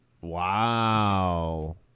Wow